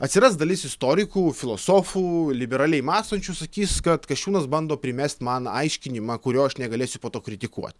atsiras dalis istorikų filosofų liberaliai mąstančių sakys kad kasčiūnas bando primest man aiškinimą kurio aš negalėsiu po to kritikuot